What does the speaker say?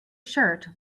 shirt